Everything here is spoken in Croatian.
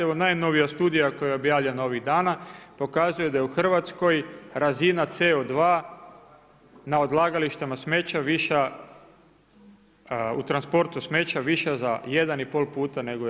Evo najnovija studija koja je objavljena ovih dana pokazuje da je u Hrvatskoj razina CO2 na odlagalištima smeća u transportu smeća više za 1,5 puta nego u EU.